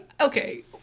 Okay